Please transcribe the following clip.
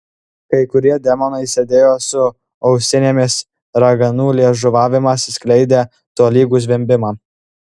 kai kurie demonai sėdėjo su ausinėmis raganų liežuvavimas skleidė tolygų zvimbimą